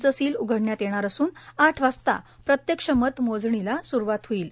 चे सील उघडण्यात येणार असून आठ वाजता प्रत्येक्ष मत मोजणीला स्रूवात होईल